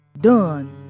Done